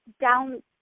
down